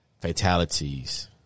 fatalities